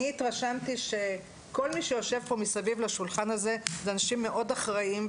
אני התרשמתי שכל מי שיושב פה מסביב לשולחן הזה הם אנשים מאוד אחראיים,